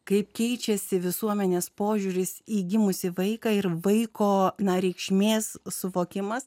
kaip keičiasi visuomenės požiūris į gimusį vaiką ir vaiko na reikšmės suvokimas